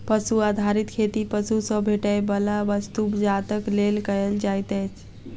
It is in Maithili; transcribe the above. पशु आधारित खेती पशु सॅ भेटैयबला वस्तु जातक लेल कयल जाइत अछि